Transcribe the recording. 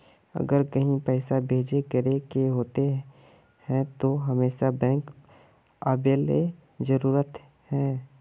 अगर कहीं पैसा भेजे करे के होते है तो हमेशा बैंक आबेले जरूरी है?